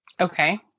Okay